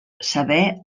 saber